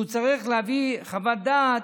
שהוא צריך להביא חוות דעת,